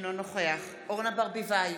אינו נוכח אורנה ברביבאי,